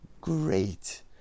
great